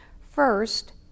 First